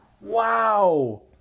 Wow